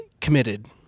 Committed